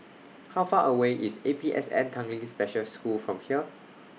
How Far away IS A P S N Tanglin Special School from here